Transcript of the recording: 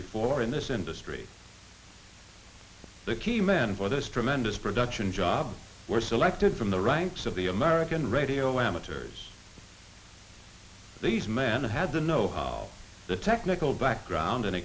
before in this industry the key man for this tremendous production jobs were selected from the ranks of the american radio amateurs these men had to know how the technical background and